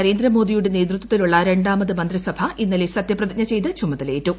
നരേന്ദ്രമോദിയുടെ നേതൃത്വത്തിലുള്ള രണ്ടാമത് മന്ത്രിസഭ ഇന്നലെ സത്യപ്രതിജ്ഞ ചെയ്ത് ചുമതലയേറ്റു